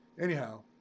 anyhow